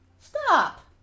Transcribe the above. Stop